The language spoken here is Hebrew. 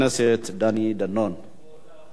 שר הפנים,